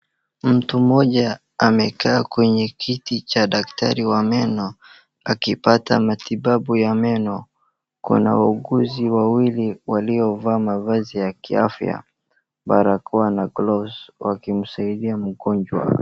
Mtu mmoja amekaa kwenye kiti cha daktari wa meno akipata matibabu ya meno kuna wauguzi wawili waliovaa mavazi ya kiafya, barakoa na glovs wakimsaidia mgonjwa.